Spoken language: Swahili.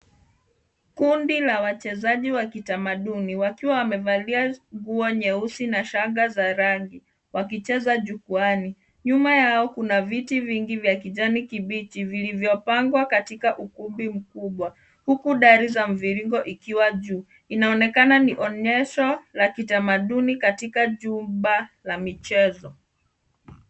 Kundi la wachezaji wa kitamaduni wakiwa wamevalia nguo nyeusi na shanga za rangi, wakicheza jukwani. Nyuma yao, kuna viti vingi vya kijani kibichi vilivyo pangwa katika ukumbi mkubwa, huku dari za mviringo ikiwa juu. Inaonekana ni onyesho la kitamaduni katika jumba la michezo.